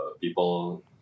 people